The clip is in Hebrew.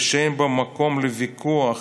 ושאין בו מקום לוויכוח